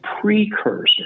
precursor